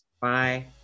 Bye